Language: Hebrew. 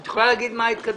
את יכולה לומר מה ההתקדמות?